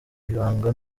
ibanga